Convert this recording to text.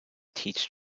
teach